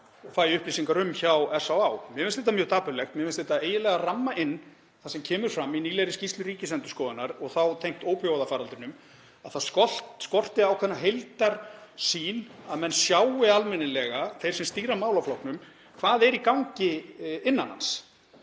og fæ upplýsingar um hjá SÁÁ. Mér finnst þetta mjög dapurlegt. Mér finnst þetta eiginlega ramma inn það sem kemur fram í nýlegri skýrslu Ríkisendurskoðunar, og þá tengt ópíóíðafaraldrinum, að það skorti ákveðna heildarsýn, að þeir sem stýra málaflokknum sjái almennilega hvað er í gangi innan hans.